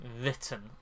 written